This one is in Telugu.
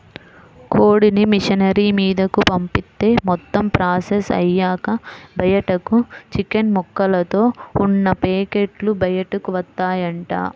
కోడిని మిషనరీ మీదకు పంపిత్తే మొత్తం ప్రాసెస్ అయ్యాక బయటకు చికెన్ ముక్కలతో ఉన్న పేకెట్లు బయటకు వత్తాయంట